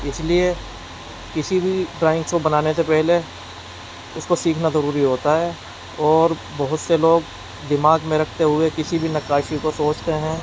اس لیے کسی بھی ڈرائنگس کو بنانے سے پہلے اس کو سیکھنا ضروری ہوتا ہے اور بہت سے لوگ دماغ میں رکھتے ہوئے کسی بھی نقاشی کو سوچتے ہیں